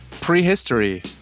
prehistory